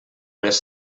les